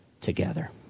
together